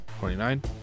29